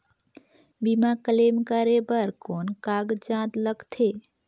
बीमा क्लेम करे बर कौन कागजात लगथे?